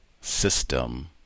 system